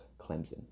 Clemson